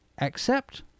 accept